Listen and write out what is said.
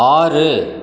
ஆறு